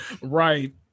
Right